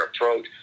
approach